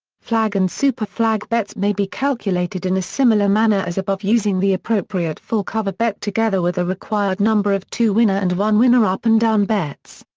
flag and super flag bets may be calculated in a similar manner as above using the appropriate full cover bet together with the required number of two winner and one winner up and down bets.